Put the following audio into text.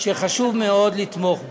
שחשוב מאוד לתמוך בו.